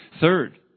Third